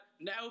now